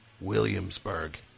Williamsburg